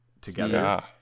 together